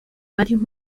varios